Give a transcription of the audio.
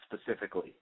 specifically